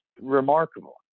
remarkable